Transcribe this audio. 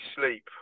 sleep